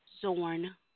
Zorn